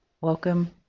Welcome